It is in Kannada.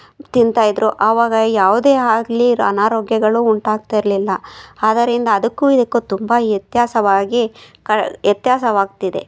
ತಿನ್ನತ್ತಾ ಇದ್ದರು ಅವಾಗ ಯಾವುದೇ ಆಗಲಿ ಅನಾರೋಗ್ಯಗಳು ಉಂಟಾಗ್ತಿರಲಿಲ್ಲ ಆದರಿಂದ ಅದಕ್ಕೂ ಇದಕ್ಕೂ ತುಂಬ ವ್ಯತ್ಯಾಸವಾಗಿ ಕ್ ವ್ಯತ್ಯಾಸವಾಗ್ತಿದೆ